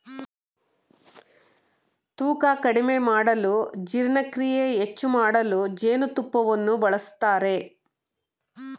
ತೂಕ ಕಡಿಮೆ ಮಾಡಲು ಜೀರ್ಣಕ್ರಿಯೆ ಹೆಚ್ಚು ಮಾಡಲು ಜೇನುತುಪ್ಪವನ್ನು ಬಳಸ್ತರೆ